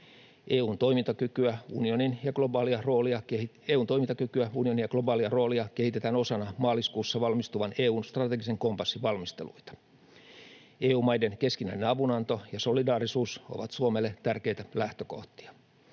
EU:n toimintakykyä ja unionin globaalia roolia kehitetään osana maaliskuussa valmistuvan EU:n strategisen kompassin valmisteluita. EU-maiden keskinäinen avunanto ja solidaarisuus ovat Suomelle tärkeitä lähtökohtia.